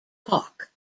hawk